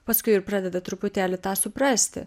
paskui ir pradeda truputėlį tą suprasti